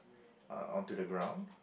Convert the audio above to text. uh onto the ground